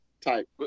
type